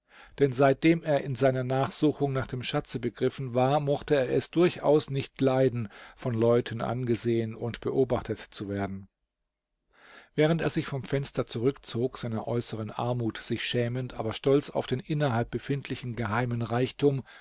denn seitdem er in seiner nachsuchung nach dem schatze begriffen war mochte er es durchaus nicht leiden von leuten angesehen und beobachtet zu werden während er sich vom fenster zurückzog seiner äußeren armut sich schämend aber stolz auf den innerhalb befindlichen geheimen reichtum